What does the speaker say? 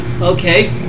Okay